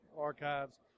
archives